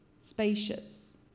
spacious